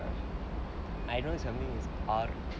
I know something it's R